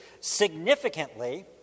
significantly